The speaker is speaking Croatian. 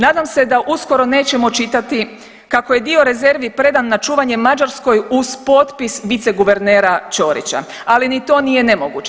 Nadam se da uskoro nećemo čitati kako je dio rezervi predan na čuvanje Mađarskoj uz potpis viceguvernera Čorića, ali ni to nije nemoguće.